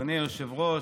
אדוני היושב-ראש,